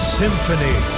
symphony